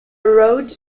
road